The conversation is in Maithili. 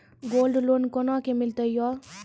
गोल्ड लोन कोना के मिलते यो?